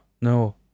No